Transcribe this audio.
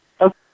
Okay